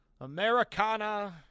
Americana